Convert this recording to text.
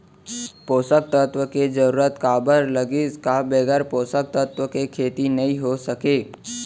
पोसक तत्व के जरूरत काबर लगिस, का बगैर पोसक तत्व के खेती नही हो सके?